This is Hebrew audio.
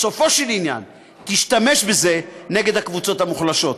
בסופו של עניין, תשתמש בזה נגד הקבוצות המוחלשות.